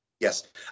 Yes